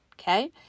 Okay